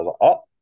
up